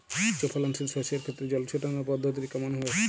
উচ্চফলনশীল শস্যের ক্ষেত্রে জল ছেটানোর পদ্ধতিটি কমন হবে?